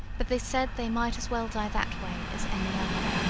but they said they might as well die that way as any other.